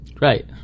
Right